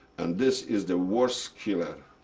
and this is the worst killer.